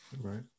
Right